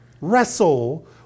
wrestle